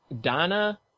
Donna